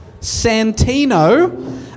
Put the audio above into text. Santino